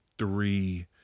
three